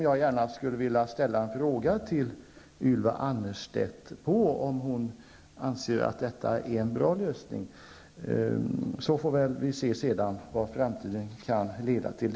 Jag skulle vilja fråga Ylva Annerstedt om hon anser att detta är en bra lösning. Sedan får vi se vad som kan hända i framtiden.